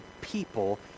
people